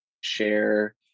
share